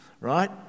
Right